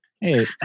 Hey